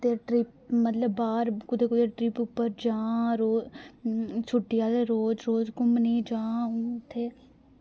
ते ट्रिप मतलब बाह्र कुतै कुतै ट्रिप उप्पर जां रोज छुट्टी आह्ले रोज घुम्मने जां अ'ऊं उत्थै